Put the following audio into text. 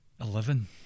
Eleven